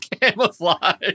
camouflage